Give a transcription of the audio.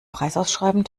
preisausschreiben